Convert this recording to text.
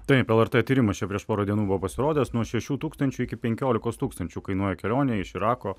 taip lrt tyrimas čia prieš porą dienų buvo pasirodęs nuo šešių tūkstančių iki penkiolikos tūkstančių kainuoja kelionė iš irako